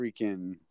freaking